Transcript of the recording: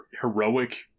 heroic